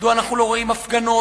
מדוע אנחנו לא רואים הפגנות,